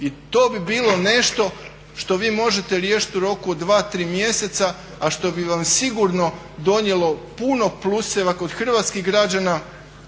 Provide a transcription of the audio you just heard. I to bi bilo nešto što vi možete riješiti u roku od 2, 3 mjeseca a što bi vam sigurno donijelo puno pluseva kod hrvatskih građana